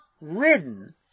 ridden